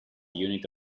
unit